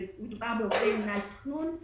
מדובר בעובדי מינהל התכנון.